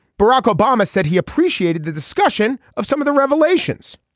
barack obama said he appreciated the discussion of some of the revelations.